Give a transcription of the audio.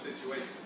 situation